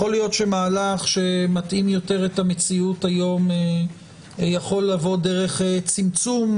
יכול להיות שמהלך שמתאים יותר את המציאות היום יכול לבוא דרך צמצום